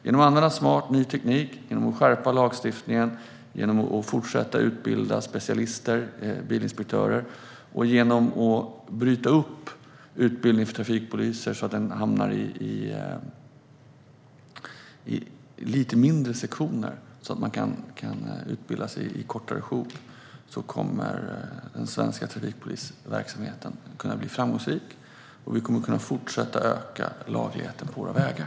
Genom att använda smart ny teknik, skärpa lagstiftningen, fortsätta att utbilda specialister och bilinspektörer och genom att bryta upp utbildningen för trafikpoliser, så att den hamnar i lite mindre sektioner och så att man kan utbilda sig i kortare sjok, kommer den svenska trafikpolisverksamheten att kunna bli framgångsrik. Vi kommer därmed att kunna fortsätta öka lagligheten på våra vägar.